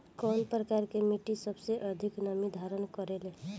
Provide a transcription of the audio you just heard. कउन प्रकार के मिट्टी सबसे अधिक नमी धारण करे ले?